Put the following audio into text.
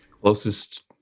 Closest